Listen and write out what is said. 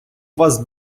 вас